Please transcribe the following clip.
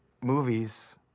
Movies